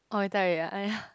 orh you tie already ah !aiya!